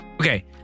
Okay